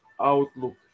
outlook